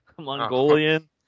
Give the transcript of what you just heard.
Mongolian